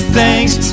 thanks